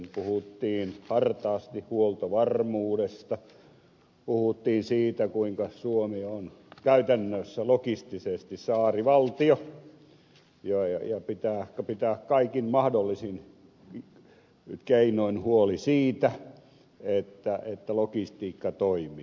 puhuttiin hartaasti huoltovarmuudesta puhuttiin siitä kuinka suomi on käytännössä logistisesti saarivaltio ja pitää pitää kaikin mahdollisin keinoin huoli siitä että lo gistiikka toimii